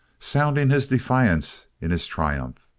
sounding his defiance and his triumph.